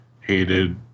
hated